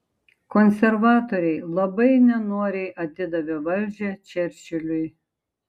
konservatoriai labai nenoriai atidavė valdžią čerčiliui